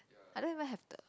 I don't even have the